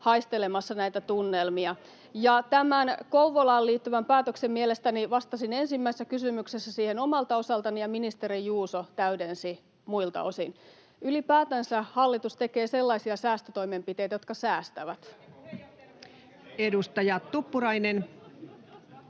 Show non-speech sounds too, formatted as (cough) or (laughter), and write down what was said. haistelemassa näitä tunnelmia. Tähän Kouvolaan liittyvään päätökseen mielestäni vastasin ensimmäisessä kysymyksessä omalta osaltani, ja ministeri Juuso täydensi muilta osin. Ylipäätänsä hallitus tekee sellaisia säästötoimenpiteitä, jotka säästävät. (noise)